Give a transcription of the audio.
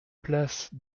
place